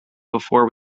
before